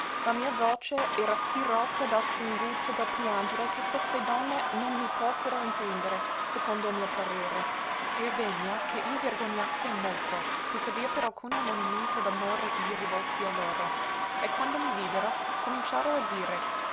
la mia voce era sì rotta dal singulto del piangere che queste donne non mi potero intendere secondo il mio parere e avvegna che io vergognasse molto tuttavia per alcuno ammonimento d'amore mi rivolsi a loro e quando mi videro cominciaro a dire